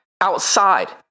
outside